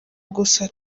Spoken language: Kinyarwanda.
gusa